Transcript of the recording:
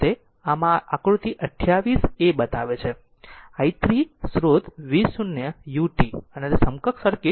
આમ આકૃતિ 28 a બતાવે છે i 3 સ્ત્રોત v0 u t અને તે સમકક્ષ સર્કિટ બતાવવામાં આવે છે